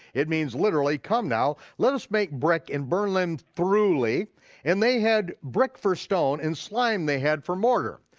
it means literally come now, let us make brick and burn them and thoroughly and they had brick for stone and slime they had for mortar.